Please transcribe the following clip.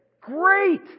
Great